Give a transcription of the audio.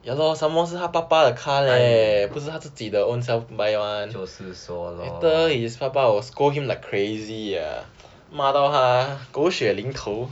ya lor some more 是他爸爸的 car leh 不是他自己 ownself buy [one] later his 爸爸 will scold him like crazy uh 骂到他海狗血淋头